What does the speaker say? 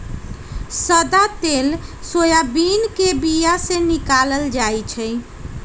सदा तेल सोयाबीन के बीया से निकालल जाइ छै